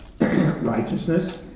righteousness